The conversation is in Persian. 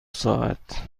ساعت